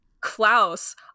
Klaus